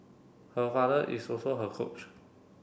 her father is also her coach